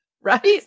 right